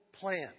plan